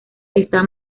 está